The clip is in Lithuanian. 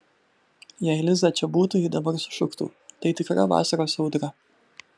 jei liza čia būtų ji dabar sušuktų tai tikra vasaros audra